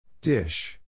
Dish